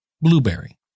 Blueberry